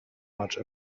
much